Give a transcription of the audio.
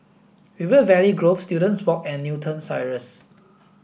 River Valley Grove Students Walk and Newton Cirus